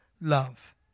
love